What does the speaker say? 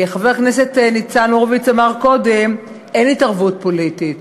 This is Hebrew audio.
חבר הכנסת ניצן הורוביץ אמר קודם: אין התערבות פוליטית.